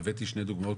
והבאתי שתי דוגמאות,